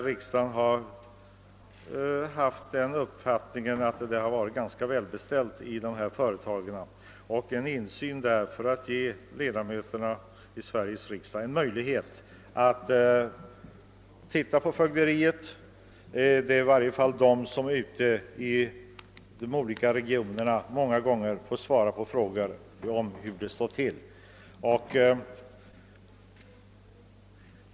Riksdagen har haft den uppfattningen att det varit ganska väl beställt i dessa företag när det gällt att ge ledamöterna av Sveriges riksdag möjlighet att genom insyn granska företagens fögderi. De som arbetar ute i de olika regionerna får många gånger svara på frågor om hur det står till med verksamheten.